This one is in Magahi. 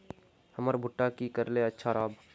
हमर भुट्टा की करले अच्छा राब?